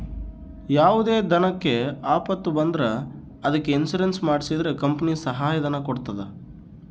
ಯಾವುದೇ ದನಕ್ಕೆ ಆಪತ್ತು ಬಂದ್ರ ಅದಕ್ಕೆ ಇನ್ಸೂರೆನ್ಸ್ ಮಾಡ್ಸಿದ್ರೆ ಕಂಪನಿ ಸಹಾಯ ಧನ ಕೊಡ್ತದ